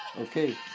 okay